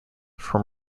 from